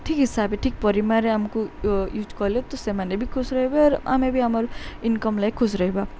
ଠିକ୍ ହିସାବରେ ଠିକ୍ ପରିମାଣରେ ଆମକୁ ୟୁଜ୍ କଲେ ତ ସେମାନେ ବି ଖୁସି ରହିବେ ଆର୍ ଆମେ ବି ଆମର ଇନ୍କମ୍ ଲେଗ୍ ଖୁସି ରହିବା